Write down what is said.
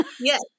Yes